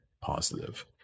positive